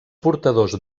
portadors